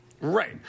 Right